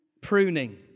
pruning